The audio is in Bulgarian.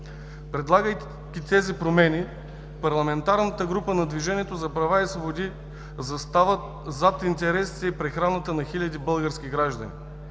Предлагайки тези промени, парламентарната група на Движението за права и свободи застава зад интересите и прехраната на хиляди български граждани.